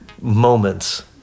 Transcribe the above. moments